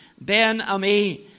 Ben-Ami